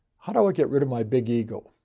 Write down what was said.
how do i get rid of my big ego?